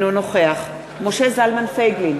אינו נוכח משה זלמן פייגלין,